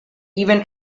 even